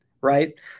right